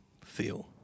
feel